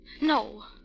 No